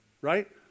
right